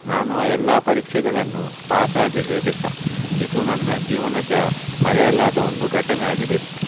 ನಾನು ಆ ಎಲ್ಲ ಪರೀಕ್ಷೆಗಳನ್ನು ಪಾಸಾದೆ ಹೇಗೆ ಸಹ ಇದು ನನ್ನ ಜೀವನದ ಮರೆಯಲಾಗದ ಒಂದು ಘಟನೆ ಆಗಿದೆ